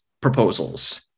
proposals